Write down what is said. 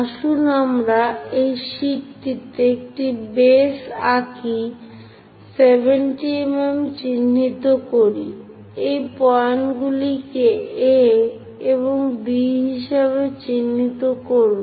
আসুন আমরা এই শীটটিতে সেই বেসটি আঁকি 70 mm চিহ্নিত করি এই পয়েন্টগুলিকে A এবং B হিসাবে চিহ্নিত করুন